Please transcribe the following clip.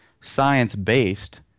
science-based